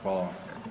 Hvala vam.